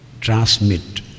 transmit